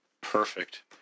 perfect